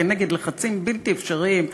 כנגד לחצים בלתי אפשריים,